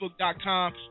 facebook.com